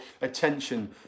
attention